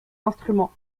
instrument